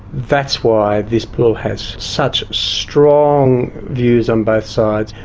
that's why this bill has such strong views on both sides.